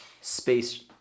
space